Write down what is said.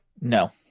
No